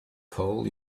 pole